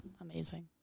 Amazing